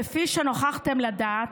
כפי שנוכחתם לדעת,